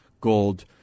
Gold